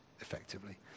effectively